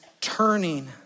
Turning